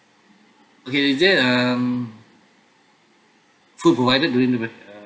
okay is there um food provided during the br~ uh